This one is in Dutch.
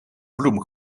bloem